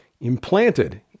implanted